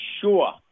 sure